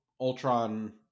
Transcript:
Ultron